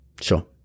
sure